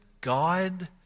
God